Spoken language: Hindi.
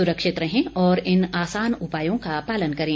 सुरक्षित रहें और इन आसान उपायों का पालन करें